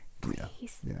please